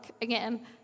again